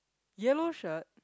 yellow shirt